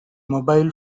mobile